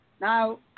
Now